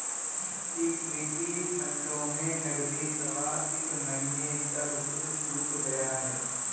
equity फंडों में नकदी प्रवाह इस महीने सब कुछ सूख गया है